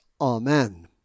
amen